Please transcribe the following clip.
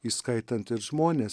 įskaitant ir žmones